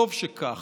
וטוב שכך,